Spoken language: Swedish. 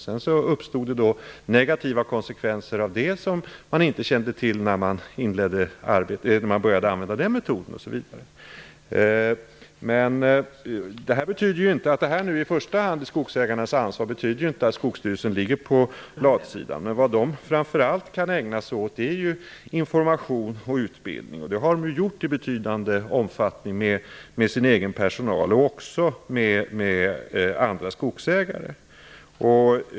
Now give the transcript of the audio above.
Sedan uppstod det negativa konsekvenser av det som man inte kände till när man började använda den metoden osv. Att det här nu i första hand är skogsägarnas ansvar betyder ju inte att Skogsstyrelsen ligger på latsidan, men vad Skogsstyrelsen framför allt kan ägna sig åt är information och utbildning, och det har man gjort i betydande omfattning med sin egen personal och med skogsägare.